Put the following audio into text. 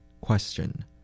Question